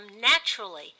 naturally